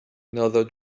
another